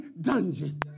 dungeon